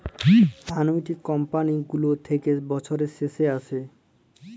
আলুইটি কমপালি গুলা থ্যাকে বসরের শেষে আসে